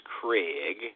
Craig